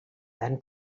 then